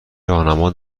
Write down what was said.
راهنما